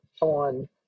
on